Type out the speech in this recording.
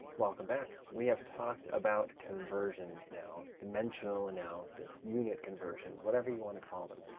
welcome back. we have talked about conversions now dimensional analysis, unit conversions, whatever you want to call them.